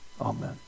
Amen